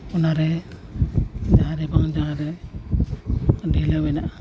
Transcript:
ᱚᱱᱟᱨᱮ ᱡᱟᱦᱟᱸᱨᱮ ᱵᱟᱝ ᱡᱟᱦᱟᱸᱨᱮ ᱰᱷᱤᱞᱟᱹᱣ ᱢᱮᱱᱟᱜᱼᱟ